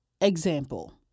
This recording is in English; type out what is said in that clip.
example